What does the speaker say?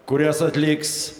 kurias atliks